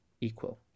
equal